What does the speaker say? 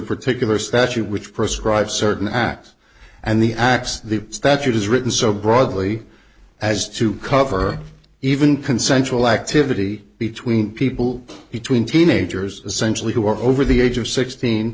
particular statute which prescribe certain acts and the acts the statute is written so broadly as to cover even consensual activity between people between teenagers essentially who are over the age of sixteen